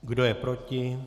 Kdo je proti?